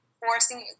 forcing